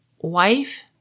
wife